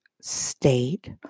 state